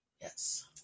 Yes